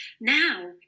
Now